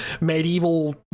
medieval